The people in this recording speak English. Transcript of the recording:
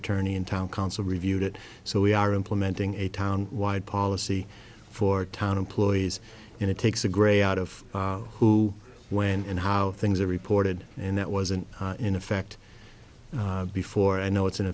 attorney in town council reviewed it so we are implementing a town wide policy for town employees and it takes a gray out of who when and how things are reported and that wasn't in effect before i know it